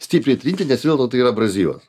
stipriai trinti nes vis dėlto tai yra abrazyvas